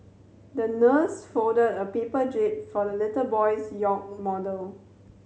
the nurse folded a paper jib for the little boy's yacht model